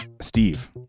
Steve